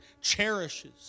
cherishes